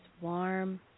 warm